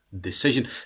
decision